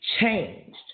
changed